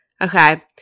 Okay